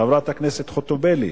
חברת הכנסת חוטובלי,